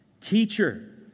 Teacher